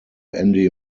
andy